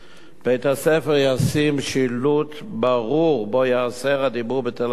בית-הספר ישים שילוט ברור שבו ייאסר הדיבור בטלפון נייד.